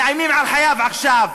מאיימים על חייו עכשיו.